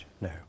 no